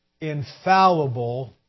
infallible